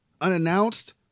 unannounced